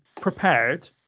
prepared